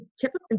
typically